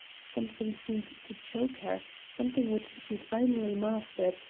something seemed to choke her, something which she finally mastered,